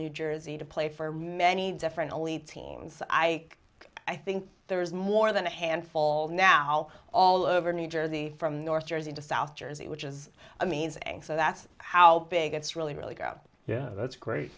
new jersey to play for many different only teens i i think there's more than a handful now all over new jersey from north jersey to south jersey which is a means and so that's how big it's really really go yeah that's great